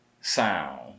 sound